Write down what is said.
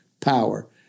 power